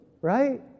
Right